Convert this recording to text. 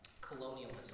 colonialism